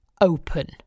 open